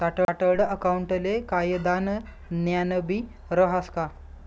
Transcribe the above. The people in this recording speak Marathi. चार्टर्ड अकाऊंटले कायदानं ज्ञानबी रहास का